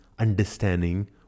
understanding